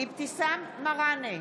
אבתיסאם מראענה,